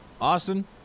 Austin